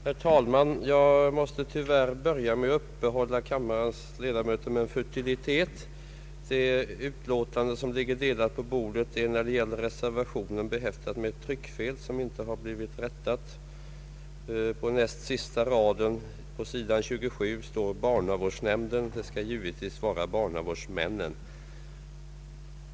Herr talman! Jag måste tyvärr först uppehålla kammarens ledamöter med en futilitet. Det utlåtande som ligger delat på kammarens bord är då det gäller reservationen behäftat med ett tryckfel som inte har blivit rättat. På näst sista raden på s. 27 står ordet ”barnavårdsnämnden”, vilket bör vara ”barnavårdsmännen”.